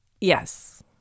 yes